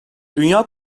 dünya